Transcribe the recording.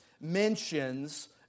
mentions